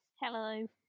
Hello